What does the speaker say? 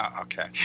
okay